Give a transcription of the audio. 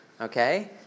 okay